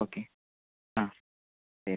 okay ആ ശരി